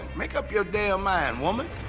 make up your damn mind, woman.